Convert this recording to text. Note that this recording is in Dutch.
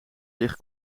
ligt